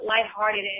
lighthearted